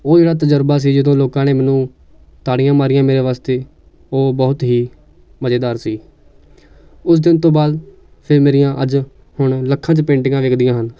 ਉਹ ਜਿਹੜਾ ਤਜਰਬਾ ਸੀ ਜਦੋਂ ਲੋਕਾਂ ਨੇ ਮੈਨੂੰ ਤਾੜੀਆਂ ਮਾਰੀਆਂ ਮੇਰੇ ਵਾਸਤੇ ਉਹ ਬਹੁਤ ਹੀ ਮਜੇਦਾਰ ਸੀ ਉਸ ਦਿਨ ਤੋਂ ਬਾਅਦ ਫਿਰ ਮੇਰੀਆਂ ਅੱਜ ਹੁਣ ਲੱਖਾਂ 'ਚ ਪੇਂਟਿੰਗਾਂ ਵਿਕਦੀਆਂ ਹਨ